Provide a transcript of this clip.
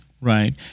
Right